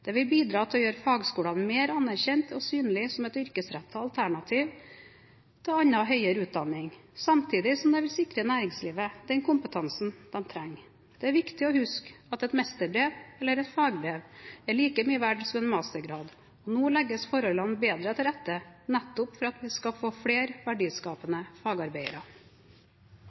Det vil bidra til å gjøre fagskolene mer anerkjente og synlige som et yrkesrettet alternativ til annen høyere utdanning, samtidig som det vil sikre næringslivet den kompetansen de trenger. Det er viktig å huske at et mesterbrev eller et fagbrev er like mye verdt som en mastergrad, og nå legges forholdene bedre til rette nettopp for at vi skal få flere verdiskapende fagarbeidere.